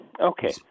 okay